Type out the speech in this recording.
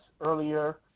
earlier